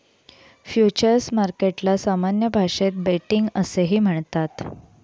futures मार्केटला सामान्य भाषेत बेटिंग असेही म्हणतात